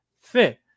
fit